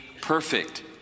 perfect